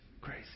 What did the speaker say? Crazy